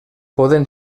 poden